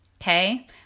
Okay